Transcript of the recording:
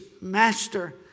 Master